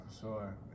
sure